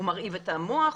הוא מרעיב את המוח,